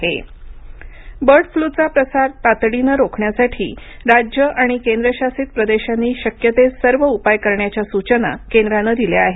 केंद्र bird flu bird फ्लूचा प्रसार तातडीनं रोखण्यासाठी राज्यं आणि केंद्रशासित प्रदेशांनी शक्य ते सर्व उपाय करण्याच्या सूचना केंद्रानं दिल्या आहेत